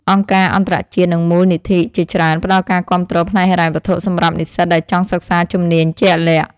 អង្គការអន្តរជាតិនិងមូលនិធិជាច្រើនផ្តល់ការគាំទ្រផ្នែកហិរញ្ញវត្ថុសម្រាប់និស្សិតដែលចង់សិក្សាជំនាញជាក់លាក់។